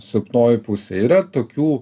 silpnoji pusė yra tokių